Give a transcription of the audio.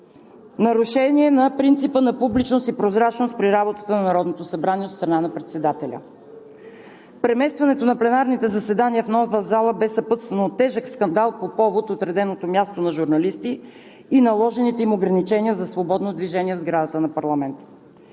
нарушение на принципа на публичност и прозрачност при работата на Народното събрание от страна на председателя. Преместването на пленарните заседания в нова зала бе съпътствано от тежък скандал по повод отреденото място на журналисти и наложените им ограничения за свободно движение в сградата на парламента.